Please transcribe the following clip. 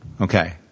Okay